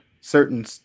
certain